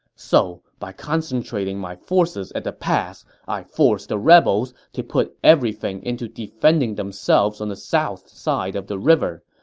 so, by concentrating my forces at the pass, i forced the rebels to put everything into defending themselves on the south side of the river,